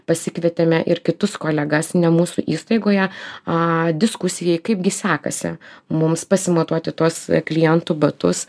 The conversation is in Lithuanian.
pasikvietėme ir kitus kolegas ne mūsų įstaigoje a diskusijai kaipgi sekasi mums pasimatuoti tuos klientų batus